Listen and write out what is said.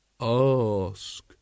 Ask